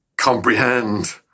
comprehend